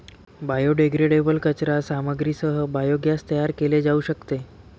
biodegradable कचरा सामग्रीसह biogas तयार केले जाऊ शकते